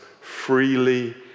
freely